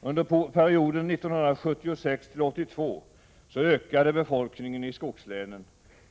Under perioden 1976-1982 ökade befolkningen i skogslänen.